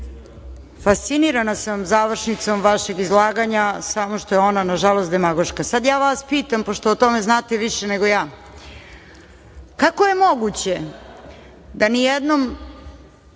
Fascinirana sam završnicom vašeg izlaganja, samo što je ono nažalost demagoško. Sada ja vas pitam, pošto o tome znate više nego ja, kako je moguće da nijednom